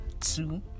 two